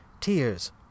tears